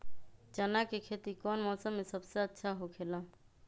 चाना के खेती कौन मौसम में सबसे अच्छा होखेला?